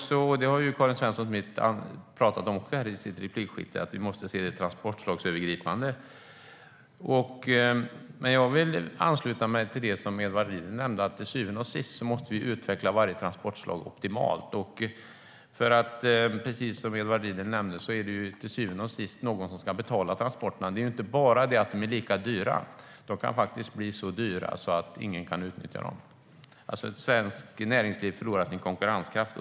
Som Karin Svensson Smith nämnde i sin replik måste vi se det transportslagsövergripande. Jag vill ansluta mig till det som Edward Riedl nämnde. Till syvende och sist måste vi utveckla varje transportslag optimalt. Precis som han sa är det när allt kommer omkring någon som måste betala transporterna. Det är inte bara det att de är lika dyra, utan de kan faktiskt bli så dyra att ingen kan utnyttja dem. Svenskt näringsliv förlorar sin konkurrenskraft.